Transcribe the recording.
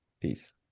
Peace